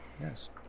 Yes